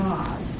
God